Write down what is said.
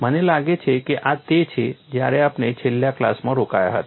મને લાગે છે કે આ તે છે જ્યાં આપણે છેલ્લા ક્લાસમાં રોકાયા હતા